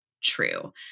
true